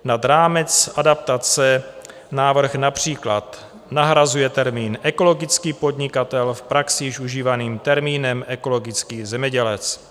Nad rámec adaptace návrh například nahrazuje termín ekologický podnikatel v praxi již užívaným termínem ekologický zemědělec.